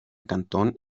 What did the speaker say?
cantón